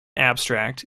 abstract